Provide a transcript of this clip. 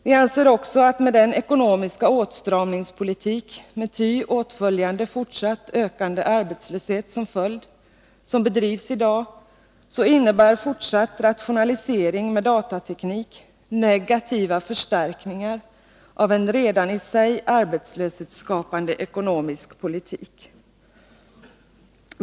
Vi anser också att med den ekonomiska åtstramningspolitik som bedrivs i dag, med ty åtföljande fortsatt ökande arbetslöshet, innebär fortsatt rationalisering med datateknik negativa förstärkningar av en redan i sig arbetslöshetsskapande ekonomisk politik.